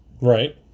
right